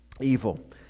evil